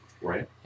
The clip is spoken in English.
Right